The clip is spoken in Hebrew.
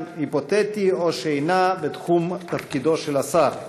היפותטי או שאינה בתחום תפקידו של השר,